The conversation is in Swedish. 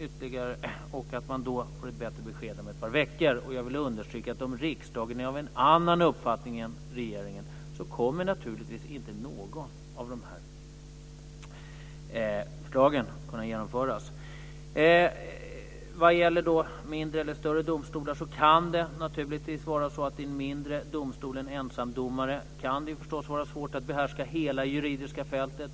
Det blir ett bättre besked om ett par veckor. Jag vill understryka att om riksdagen är av en annan uppfattning än regeringen så kommer naturligtvis inte något av dessa förslag att komma genomföras. Vad gäller frågan om mindre eller större domstolar så kan det naturligtvis i en mindre domstol och för en ensam domare förstås vara svårt att behärska hela det juridiska fältet.